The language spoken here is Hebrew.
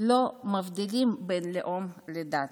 לא מבדילים בין לאום לדת.